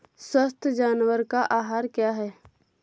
स्वस्थ जानवर का आहार क्या है?